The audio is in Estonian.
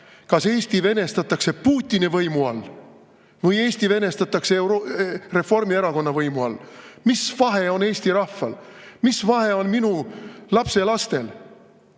kas Eesti venestatakse Putini võimu all või Eesti venestatakse Reformierakonna võimu all? Mis vahe on eesti rahval, mis vahe on minu lapselastel,